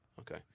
Okay